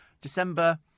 December